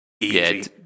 Easy